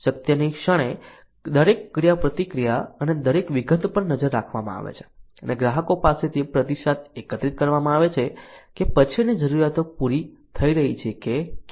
સત્યની ક્ષણે દરેક ક્રિયાપ્રતિક્રિયા અને દરેક વિગત પર નજર રાખવામાં આવે છે અને ગ્રાહકો પાસેથી પ્રતિસાદ એકત્રિત કરવામાં આવે છે કે પછીની જરૂરિયાતો પૂરી થઈ રહી છે કે કેમ